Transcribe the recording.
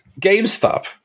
GameStop